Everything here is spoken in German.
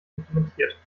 implementiert